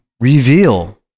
reveal